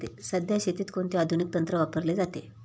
सध्या शेतीत कोणते आधुनिक तंत्र वापरले जाते?